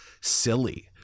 silly